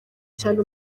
cyane